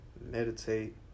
meditate